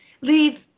leave